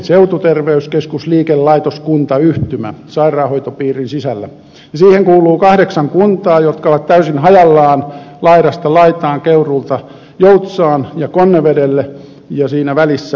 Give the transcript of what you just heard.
seututerveyskeskusliikelaitoskuntayhtymä sairaanhoitopiirin sisällä ja siihen kuuluu kahdeksan kuntaa jotka ovat täysin hajallaan laidasta laitaan keuruulta joutsaan ja konnevedelle ja siinä välillä muutama kunta